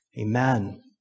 Amen